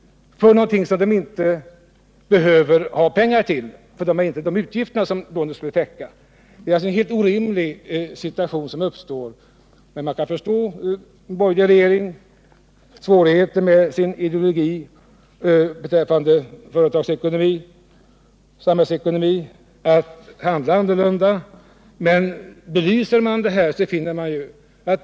93 Det är alltså en helt orimlig situation som uppstår om denna lånerätt beviljades. Men man kan förstå vilka svårigheter den borgerliga regeringen har med sin samhällsekonomiska ideologi att hantera förslaget.